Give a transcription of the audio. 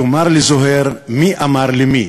תאמר לי, זוהיר, מי אמר למי?